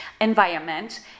environment